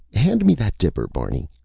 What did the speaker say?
hand me that dipper, barney.